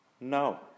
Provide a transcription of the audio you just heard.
No